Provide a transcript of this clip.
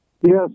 Yes